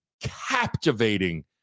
captivating